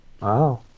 Wow